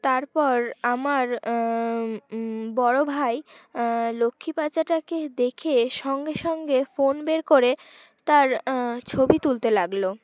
তারপর আমার বড়ো ভাই লক্ষ্মী পেঁচাটাকে দেখে সঙ্গে সঙ্গে ফোন বের করে তার ছবি তুলতে লাগলো